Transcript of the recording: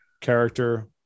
character